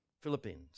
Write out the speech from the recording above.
Philippines